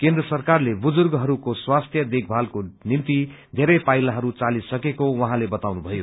केन्द्र सरकारले बुजुर्गहरूको स्वास्थ्य देखभालको निम्ति धेरै पाइलाहरू चालिसकेको उहाँले बताउनुभयो